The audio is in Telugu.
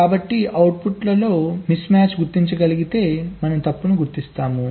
కాబట్టి అవుట్పుట్లో మిస్మ్యాచ్ను గుర్తించగలిగితే మనం తప్పును గుర్తిస్తాము